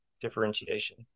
differentiation